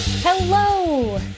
Hello